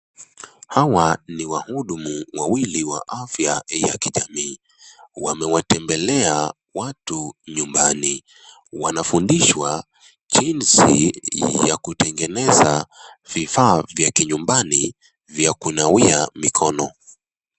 Hawa ni wahudumi wawili wa afya ya kijamii. Wamewatembelea watu nyumbani. Wanafundishwa jinsi ya kutengeneza vifaa vya kinyumbani ya kunawia mikono.